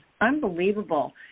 Unbelievable